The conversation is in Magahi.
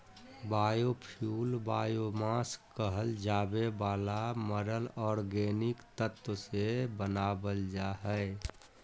बायोफ्यूल बायोमास कहल जावे वाला मरल ऑर्गेनिक तत्व से बनावल जा हइ